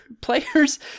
players